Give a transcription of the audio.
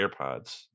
AirPods